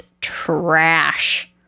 trash